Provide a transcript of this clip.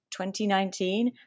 2019